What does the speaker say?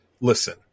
listen